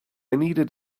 needed